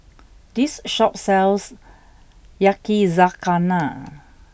this shop sells Yakizakana